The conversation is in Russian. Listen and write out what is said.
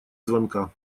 звонка